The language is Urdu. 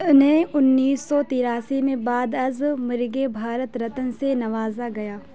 انہیں انیس سو تراسی میں بعد از مرگ بھارت رتن سے نوازا گیا